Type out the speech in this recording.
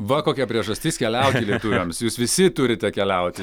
va kokia priežastis keliauti lietuviams jūs visi turite keliauti